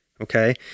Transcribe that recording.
okay